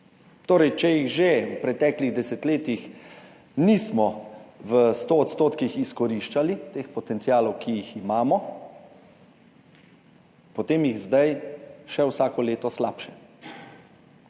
torej če jih že v preteklih desetletjih nismo v sto odstotkih izkoriščali, teh potencialov, ki jih imamo, potem jih zdaj še vsako leto slabše,